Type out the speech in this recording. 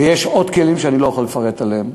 ויש עוד כלים שאני לא יכול לפרט עליהם,